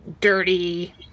dirty